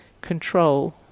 control